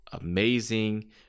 amazing